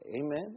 Amen